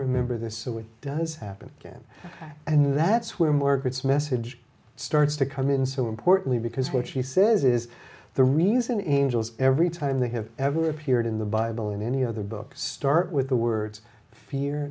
remember this so it does happen again and that's where more gets message starts to come in so importantly because what she says is the reason angels every time they have ever appeared in the bible in any other book start with the words fear